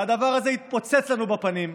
והדבר הזה יתפוצץ לנו בפנים.